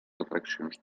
atraccions